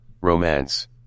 Romance